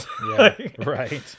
Right